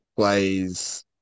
plays